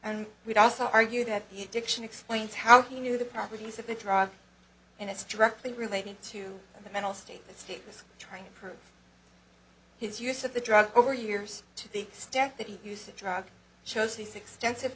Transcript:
and we'd also argue that the addiction explains how he knew the properties of the drug and it's directly related to the mental state the state was trying to prove his use of the drug over years to the extent that he used drugs shows his extensive